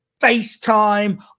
FaceTime